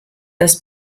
das